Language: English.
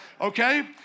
okay